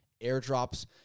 airdrops